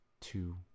two